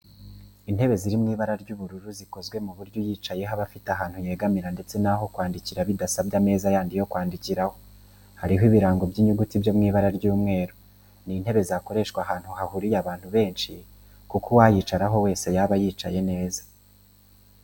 Intebe ziri mu ibara ry'ubururu zikozwe ku buryo uyicayeho aba afite aho yegamira ndetse n'aho kwandikira bidasabye ameza yandi yo kwandikiraho, hariho ibirango by'inyuguti byo mw'ibara ry'umweru. Ni intebe zakoreshwa ahantu hahuriye abantu benshi kuko uwayicaraho wese yaba yicaye neza